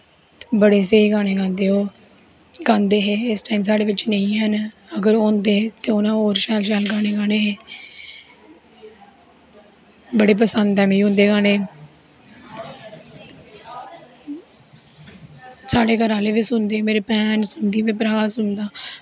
बड़े स्हेई गाने गांदे ओह् गांदे हे इस टाईम साढ़े बिच्च नेंई हैन अगर होंदे हे ते उंनैं होर होर शैल गानें गांदे हे बड़े पसंद ऐं मिगी उंदे गानें साढ़े गरआह्ले बी सुनदे मेरी भैन सुनदी मेरा भ्राह् सुनदा